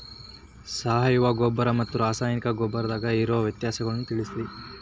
ಸಾವಯವ ಗೊಬ್ಬರ ಮತ್ತ ರಾಸಾಯನಿಕ ಗೊಬ್ಬರದಾಗ ಇರೋ ವ್ಯತ್ಯಾಸಗಳನ್ನ ತಿಳಸ್ರಿ